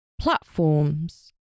platforms